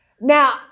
Now